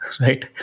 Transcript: right